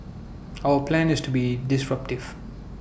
our plan is to be disruptive